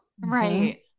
Right